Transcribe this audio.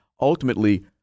ultimately